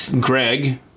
Greg